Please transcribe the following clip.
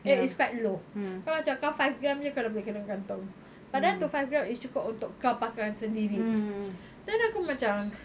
eh it's quite low kalau macam kau five gram jer kau dah boleh kena gantung padahal tu five gram is cukup untuk kau pakai sendiri then aku macam